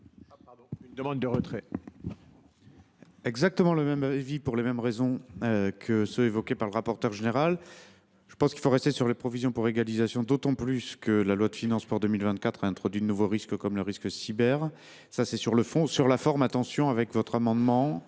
une demande de retrait.